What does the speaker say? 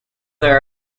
there